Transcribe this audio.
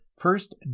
first